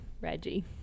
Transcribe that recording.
reggie